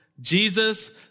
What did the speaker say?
Jesus